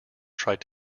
tried